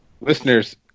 Listeners